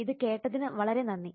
ഇത് കേട്ടതിന് വളരെ നന്ദി